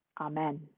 Amen